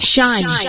Shine